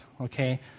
okay